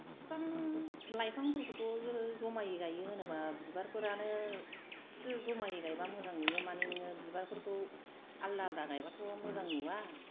बिफां लाइफांफोरखौथ' जमायै गायो होनोब्ला बिबारफोरानोसो जमायै गायब्ला मोजां नुयो मानि नोङो बिबारफोरखौ आलदा आलदा गायब्लाथ' मोजां नुआ